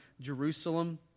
Jerusalem